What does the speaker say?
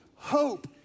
Hope